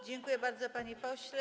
Dziękuję bardzo, panie pośle.